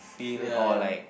ya